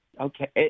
Okay